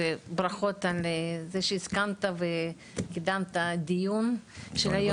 ברכות על שהסכמת וקידמת את הדיון היום.